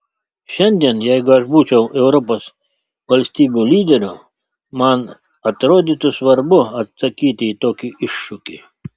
šiandien jeigu aš būčiau europos valstybių lyderiu man atrodytų svarbu atsakyti į tokį iššūkį